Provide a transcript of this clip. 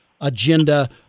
agenda